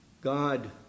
God